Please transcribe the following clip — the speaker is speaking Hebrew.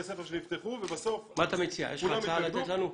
הספר שנפתחו ובסוף כולם --- יש לך הצעה לתת לנו?